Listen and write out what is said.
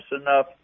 enough